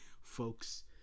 folks